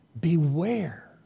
Beware